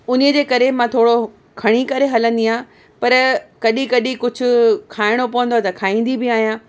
उनजे करे मां थोरो खणी करे हलंदी आहियां पर कॾहिं कॾहिं कुझु खायणो पवंदो आहे त खाईंदी बि आहियां